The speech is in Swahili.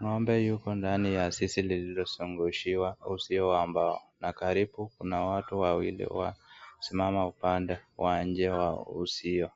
Ng'ombe yuko ndani ya zizi lililosongoshiwa, uzio wa mbao. Na karibu kuna watu wawili wasimama upande wa nje wa uzio,